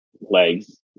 legs